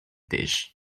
dish